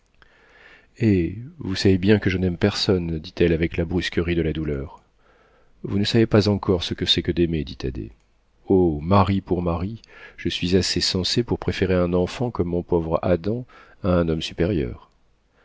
eh vous savez bien que je n'aime personne dit-elle avec la brusquerie de la douleur vous ne savez pas encore ce que c'est que d'aimer dit thaddée oh mari pour mari je suis assez sensée pour préférer un enfant comme mon pauvre adam à un homme supérieur